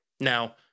Now